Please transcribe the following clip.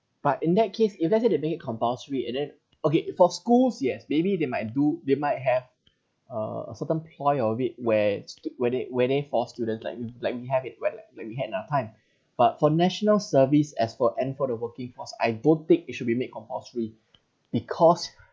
but in that case if let's say they made it compulsory and then okay for schools yes maybe they might do they might have a certain point of it when when they when they force students like like you have it right like we had enough time but for national service as for and for the working force I don't think it should be made compulsory because